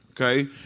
Okay